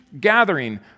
gathering